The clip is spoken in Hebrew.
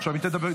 די.